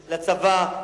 לצבא,